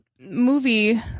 movie